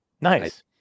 Nice